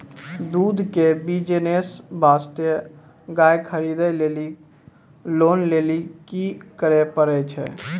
दूध के बिज़नेस वास्ते गाय खरीदे लेली लोन लेली की करे पड़ै छै?